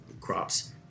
crops